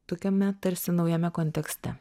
tokiame tarsi naujame kontekste